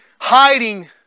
Hiding